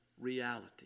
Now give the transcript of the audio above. reality